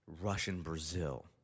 Russian-Brazil